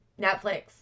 Netflix